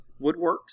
woodworks